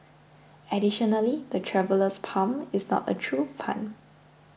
additionally the Traveller's Palm is not a true palm